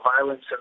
violence